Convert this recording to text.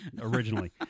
originally